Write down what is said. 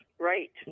Right